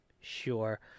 Sure